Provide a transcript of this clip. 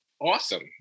awesome